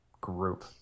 group